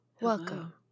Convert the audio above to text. welcome